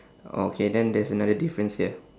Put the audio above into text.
ah okay then there's another difference here